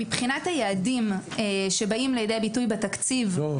היעדים שבאים לידי ביטוי בתקציב --- לא,